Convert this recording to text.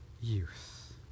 youth